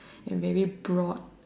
and very broad